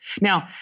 Now